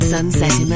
Sunset